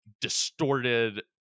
distorted